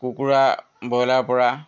কুকুৰা বইলাৰৰ পৰা